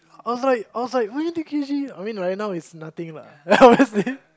I was like I was like twenty K_G I mean right now is nothing lah obviously